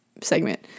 segment